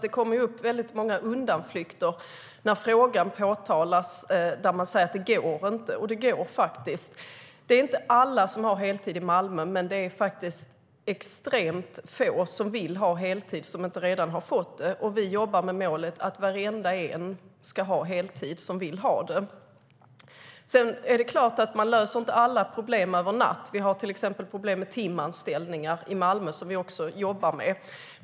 Det kommer fram många undanflykter när frågan påtalas, men det går faktiskt. Alla har inte heltid i Malmö, men det är extremt få som vill ha heltid som inte redan har fått det. Vi jobbar mot målet att alla som vill ha heltid ska få det. Alla problem löses inte över natt. Det finns till exempel problem med timanställningar i Malmö, som vi också jobbar med.